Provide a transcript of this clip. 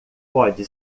pode